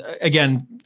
again